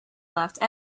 left